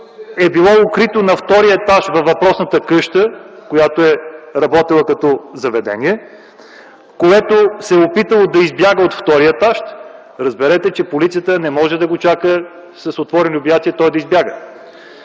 е било укрито на втория етаж във въпросната къща, която е работила като заведение, което се е опитало да избяга от втория етаж. Разберете, че полицията не може да го чака с отворени обятия той да избяга.